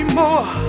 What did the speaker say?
more